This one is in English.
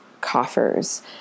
coffers